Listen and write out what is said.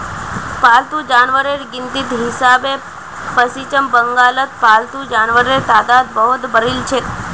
पालतू जानवरेर गिनतीर हिसाबे पश्चिम बंगालत पालतू जानवरेर तादाद बहुत बढ़िलछेक